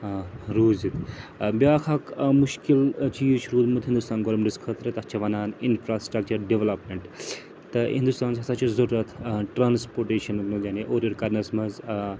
ٲں روٗزِتھ ٲں بیٛاکھ اَکھ ٲں مشکل چیٖز چھُ روٗدمُت ہنٛدوستان گورمِنٹَس خٲطرٕ تَتھ چھِ وَنان اِنفرٛاسِٹرَکچَر ڈیٚولَپمیٚنٛٹ تہٕ ہنٛدوستانَس ہَسا چھِ ضروٗرت ٲں ٹرٛانَسپوٹیشَنَس منٛز یعنی اورٕ یورٕ کَرنَس منٛز ٲں